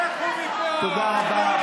לכו מפה, תודה רבה.